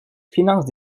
finance